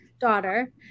daughter